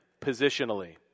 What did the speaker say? positionally